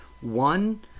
One